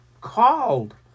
called